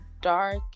dark